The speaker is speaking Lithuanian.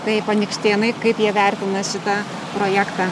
taip anykštėnai kaip jie vertina šitą projektą